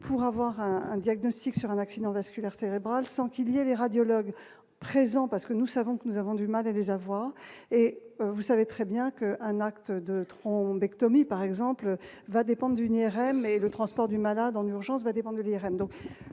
pour avoir un diagnostic sur un accident vasculaire cérébral, sans qu'il y a des radiologues présents parce que nous savons que nous avons du mal et les avoirs et vous savez très bien qu'un acte de trop bec Tommy par exemple va dépendre d'une IRM et le transport du malade en urgence va dépendre de l'IRM,